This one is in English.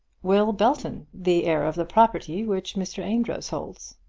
will belton the heir of the property which mr. amedroz holds.